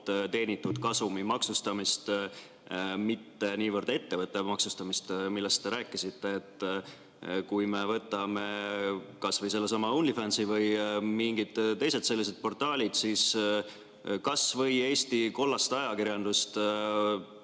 teenitud kasumi maksustamist, mitte niivõrd ettevõtte maksustamist, millest te rääkisite. Kui me võtame kasvõi sellesama OnlyFansi või mingid teised sellised portaalid, siis kasvõi Eesti kollast ajakirjandust